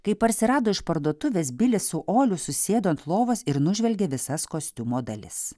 kai parsirado iš parduotuvės bilis su oliu susėdo ant lovos ir nužvelgė visas kostiumo dalis